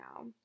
now